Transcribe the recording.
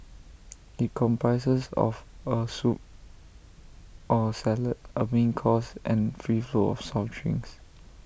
IT comprises of A soup or salad A main course and free flow of soft drinks